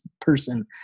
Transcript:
person